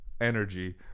energy